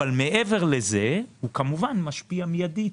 מעבר לזה, הוא כמובן משפיע מידית.